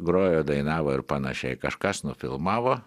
grojo dainavo ir panašiai kažkas nufilmavo